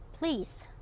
Please